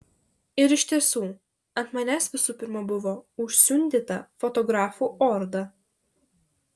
ir iš tiesų ant manęs visų pirma buvo užsiundyta fotografų orda